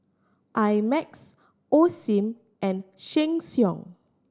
I Max Osim and Sheng Siong